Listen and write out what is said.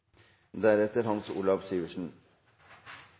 Representanten Hans Olav Syversen